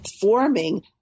forming